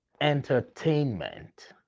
entertainment